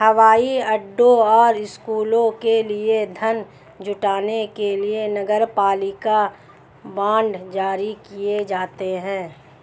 हवाई अड्डों और स्कूलों के लिए धन जुटाने के लिए नगरपालिका बांड जारी किए जाते हैं